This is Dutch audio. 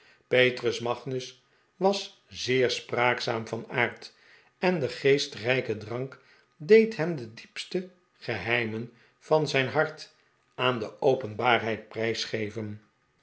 petrus magnus was zeer spraakzaam van aard en de geestrijke drank deed hem de diepste geheimen van zijn hart aan de openbaarheid prijsgeven